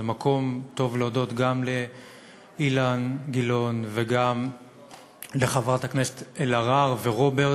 זה מקום טוב להודות גם לאילן גילאון וגם לחברת הכנסת אלהרר ולרוברט,